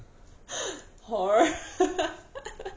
horror